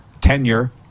tenure